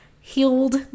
healed